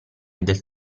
del